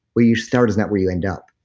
where you start is not where you end up,